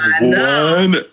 One